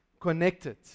connected